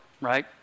right